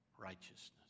righteousness